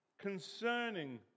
concerning